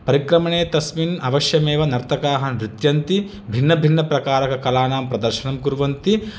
परिक्रमणे तस्मिन् अवश्यमेव नर्तकाः नृत्यन्ति भिन्नभिन्नप्रकारककलानां प्रदर्शनं कुर्वन्ति